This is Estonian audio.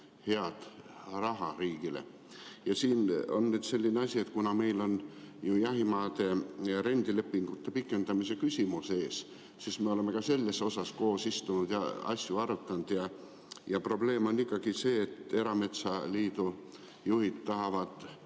head raha. Siin on nüüd selline asi, et kuna meil on jahimaade rendilepingute pikendamise küsimus ees, siis me oleme ka sellepärast koos istunud ja asju arutanud. Probleem on muidugi selles, et erametsaliidu juhtide